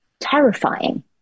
terrifying